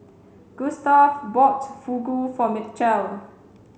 Gustave bought Fugu for Mitchell